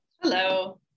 Hello